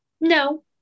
no